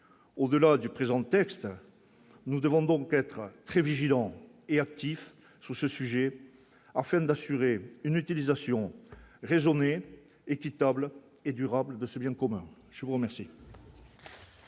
au-delà du présent texte nous devons donc être très vigilants et actifs sur ce sujet afin d'assurer une utilisation raisonnée équitable et durable de ces biens communs, je vous remercie.